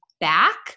back